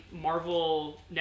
Marvel